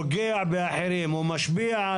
שפוגעים בשכנים.